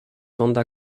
wanda